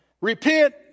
repent